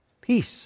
Peace